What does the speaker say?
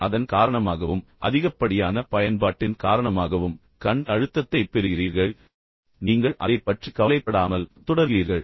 எனவே அதன் காரணமாகவும் அதிகப்படியான பயன்பாட்டின் காரணமாகவும் நீங்கள் இந்த கண் அழுத்தத்தைப் பெறுகிறீர்கள் ஆனால் நீங்கள் அதைப் பற்றி கவலைப்படாமல் நீங்கள் அதைத் தொடர்கிறீர்கள்